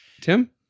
Tim